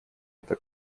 это